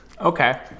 Okay